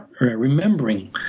remembering